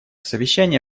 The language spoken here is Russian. совещание